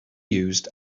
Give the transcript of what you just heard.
used